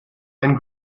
and